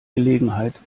gelegenheit